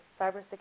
Cybersecurity